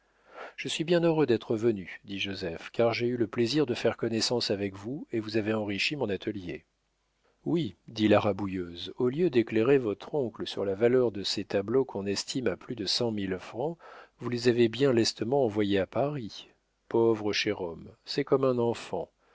je suis bien heureux d'être venu dit joseph car j'ai eu le plaisir de faire connaissance avec vous et vous avez enrichi mon atelier oui dit la rabouilleuse au lieu d'éclairer votre oncle sur la valeur de ses tableaux qu'on estime à plus de cent mille francs vous les avez bien lestement envoyés à paris pauvre cher homme c'est comme un enfant